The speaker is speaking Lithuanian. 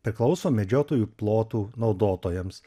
priklauso medžiotojų plotų naudotojams